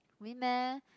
win meh